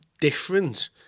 different